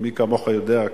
ומי כמוך יודע,